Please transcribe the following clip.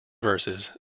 verses